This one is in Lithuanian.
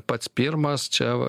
pats pirmas čia